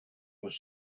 was